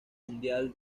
mundial